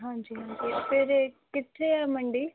ਹਾਂਜੀ ਹਾਂਜੀ ਫਿਰ ਇਹ ਕਿੱਥੇ ਆ ਮੰਡੀ